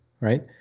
right